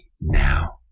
now